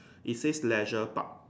it says Leisure Park